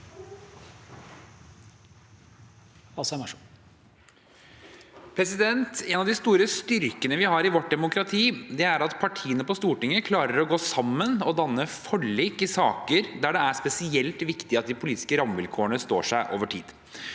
En av de store styr- kene vi har i vårt demokrati, er at partiene på Stortinget klarer å gå sammen og danne forlik i saker der det er spesielt viktig at de politiske rammevilkårene står seg over tid.